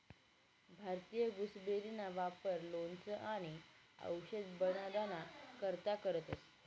भारतीय गुसबेरीना वापर लोणचं आणि आवषद बनाडाना करता करतंस